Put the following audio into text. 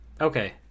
Okay